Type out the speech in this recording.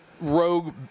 rogue